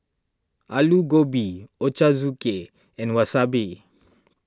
Alu Gobi Ochazuke and Wasabi